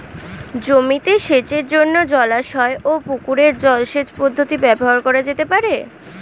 জমিতে সেচের জন্য জলাশয় ও পুকুরের জল সেচ পদ্ধতি ব্যবহার করা যেতে পারে?